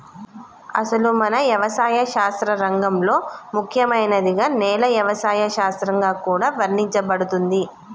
అసలు మన యవసాయ శాస్త్ర రంగంలో ముఖ్యమైనదిగా నేల యవసాయ శాస్త్రంగా కూడా వర్ణించబడుతుంది